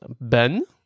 Ben